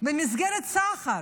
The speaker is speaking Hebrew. במסגרת סחר.